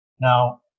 now